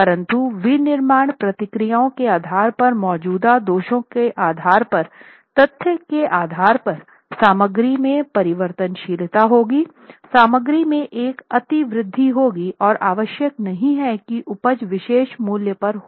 परंतु विनिर्माण प्रक्रियाओं के आधार पर मौजूदा दोषों के आधार पर तथ्य के आधार पर सामग्री में परिवर्तनशीलता होगी सामग्री में एक अतिवृद्धि होगी और आवश्यक नहीं है कि उपज विशेष मूल्य पर हो